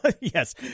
Yes